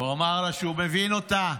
והוא אמר לה שהוא מבין אותה,